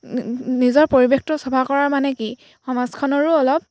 নিজৰ পৰিৱেশটো চাফা কৰা মানে কি সমাজখনৰো অলপ